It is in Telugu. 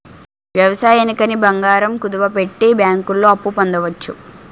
వ్యవసాయానికి అని బంగారం కుదువపెట్టి బ్యాంకుల్లో అప్పు పొందవచ్చు